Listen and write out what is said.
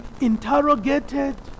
interrogated